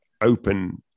open